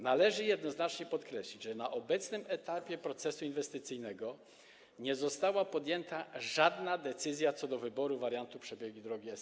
Należy jednoznacznie podkreślić, że na obecnym etapie procesu inwestycyjnego nie została podjęta żadna decyzja co do wyboru wariantu przebiegu drogi S12.